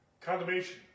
condemnation